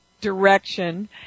direction